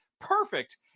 perfect